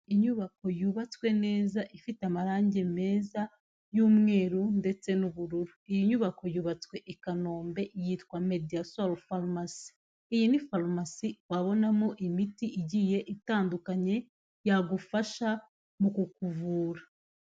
Inyubako yubatswe neza, ifite amarangi meza y'umweru ndetse n'ubururu, iyi nyubako yubatswe i Kanombe yitwa mediya zoro farumasi, iyi ni farumasi wabonamo imiti igiye itandukanye yagufasha mu kukuvura.